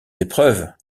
épreuves